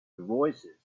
voicesand